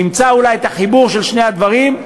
נמצא אולי את החיבור של שני הדברים,